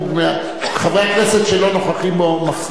חברי כנסת שלא נוכחים בו מפסידים.